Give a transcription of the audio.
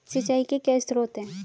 सिंचाई के क्या स्रोत हैं?